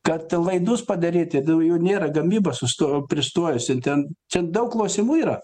kad laidus padaryti jų nėra gamyba sustojo pristojusi ten čia daug klausimų yra